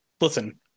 listen